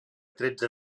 tretze